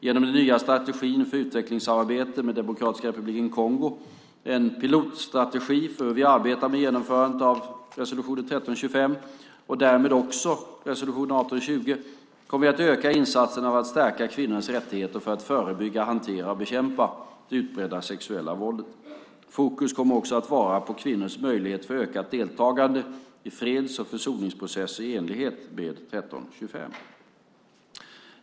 Genom den nya strategin för utvecklingssamarbetet med Demokratiska republiken Kongo, en pilotstrategi för hur vi arbetar med genomförandet av resolution 1325 och därmed också med resolution 1820, kommer vi att öka insatserna för att stärka kvinnors rättigheter och för att förebygga, hantera och bekämpa det utbredda sexuella våldet. Fokus kommer också att vara på kvinnors möjligheter för ökat deltagande i freds och försoningsprocesser i enlighet med 1325.